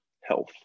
health